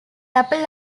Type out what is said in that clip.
apple